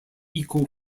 eco